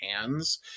hands